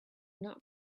not